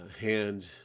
hand